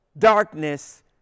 darkness